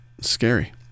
Scary